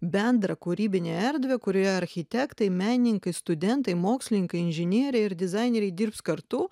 bendrą kūrybinę erdvę kurioje architektai menininkai studentai mokslininkai inžinieriai ir dizaineriai dirbs kartu